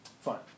fine